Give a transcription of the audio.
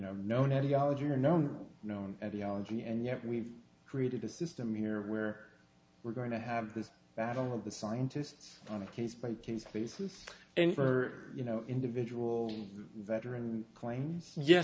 ology no no no no and the allergy and yet we've created a system here where we're going to have this battle of the scientists on a case by case basis and for you know individual veteran claims ye